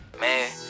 Man